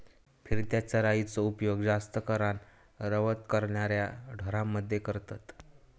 फिरत्या चराइचो उपयोग जास्त करान रवंथ करणाऱ्या ढोरांमध्ये करतत